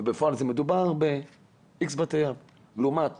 ובפועל מדובר ב- Xבתי אב, לעומת